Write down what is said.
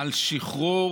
על שחרור